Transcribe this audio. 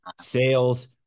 sales